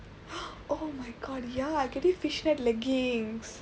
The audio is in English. oh my god ya get you fish leg leggings